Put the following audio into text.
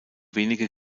wenige